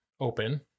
open